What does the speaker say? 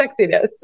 sexiness